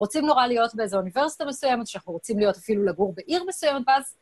רוצים נורא להיות באיזו אוניברסיטה מסויימת, שאנחנו רוצים להיות אפילו לגור בעיר מסויימת, ואז...